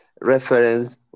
reference